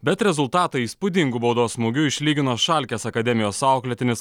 bet rezultatą įspūdingu baudos smūgiu išlygino šalkes akademijos auklėtinis